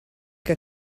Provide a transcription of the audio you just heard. que